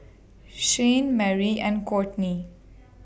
Shayne Merry and Kortney